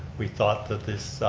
we thought that this